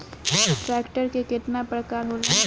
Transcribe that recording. Tractor के केतना प्रकार होला?